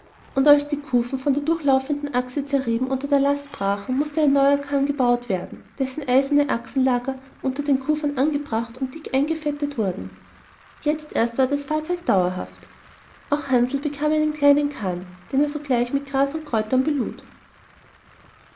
und als die kufen von der durchlaufenden achse zerrieben unter der last brachen mußte ein neuer karren gebaut werden dessen eiserne achsenlager unter den kufen angebracht und dick eingefettet wurden jetzt erst war das fahrzeug dauerhaft auch hansl bekam einen kleinen karren den er sogleich mit gras und kräutern belud